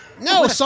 No